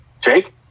Jake